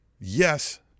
Yes